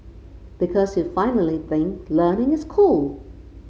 because you finally think learning is cool